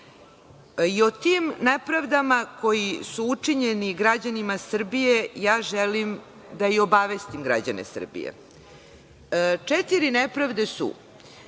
i o tim nepravdama koje su učinjene građanima Srbije, želim da i obavestim građane Srbije. Četiri nepravde su: